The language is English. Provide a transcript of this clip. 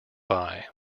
buy